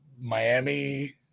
Miami